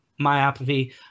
myopathy